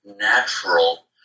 natural